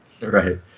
Right